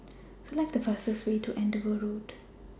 Select The fastest Way to Andover Road